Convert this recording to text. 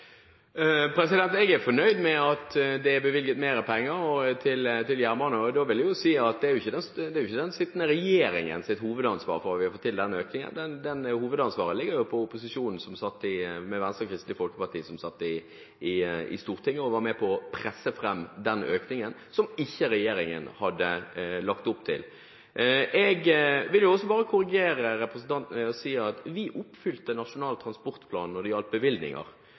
Jeg er fornøyd med at det er bevilget mer penger til jernbane, og da vil jeg si at det ikke er den sittende regjeringen som har hovedansvaret for at vi har fått til den økningen. Hovedansvaret ligger jo hos opposisjonen, med Venstre og Kristelig Folkeparti, som satt i Stortinget og var med på å presse fram den økningen, som ikke regjeringen hadde lagt opp til. Jeg vil også korrigere representanten ved å si at vi oppfylte Nasjonal transportplan når det gjaldt bevilgninger.